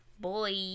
Boy